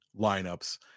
lineups –